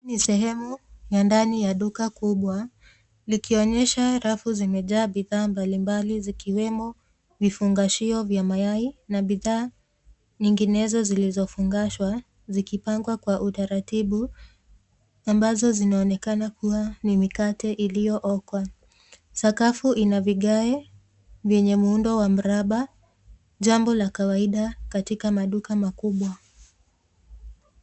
Hii ni sehemu ya ndani ya duka kubwa likionyesha rafu zimejaa bidhaa mbalimbali zikiwemo vifungashio vya mayai na bidhaa nyinginezo zilizofungashwa zikipangwa kwa utaratibu ambazo zinaonekana kuwa mikate iliyookwa. Sakafu ina vigae vyenye muundo wa mraba jambo la kawaida katika maduka makubwa.